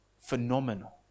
Phenomenal